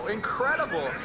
incredible